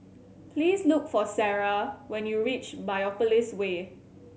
please look for Sara when you reach Biopolis Way